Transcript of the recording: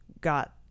got